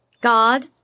God